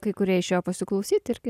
kai kurie išėjo pasiklausyti irgi